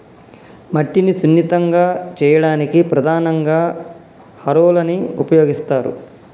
మట్టిని సున్నితంగా చేయడానికి ప్రధానంగా హారోలని ఉపయోగిస్తరు